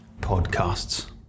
podcasts